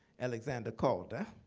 alexander calder.